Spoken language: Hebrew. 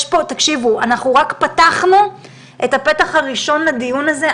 יש פה, אנחנו רק פתחנו את הפתח הראשון לדיון הזה.